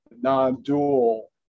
non-dual